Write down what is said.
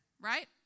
Right